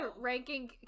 ranking